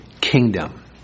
kingdom